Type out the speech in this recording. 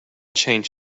change